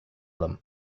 them